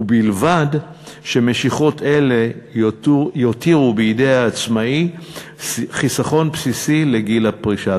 ובלבד שמשיכות אלה יותירו בידי העצמאי חיסכון בסיסי לגיל הפרישה,